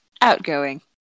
outgoing